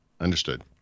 Understood